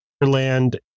Land